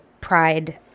Pride